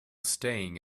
staying